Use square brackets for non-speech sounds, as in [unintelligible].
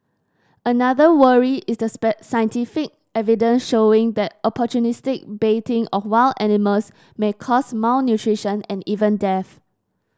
another worry is the [unintelligible] scientific evidence showing that opportunistic baiting of wild animals may cause malnutrition and even death